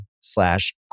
slash